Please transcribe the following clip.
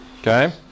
Okay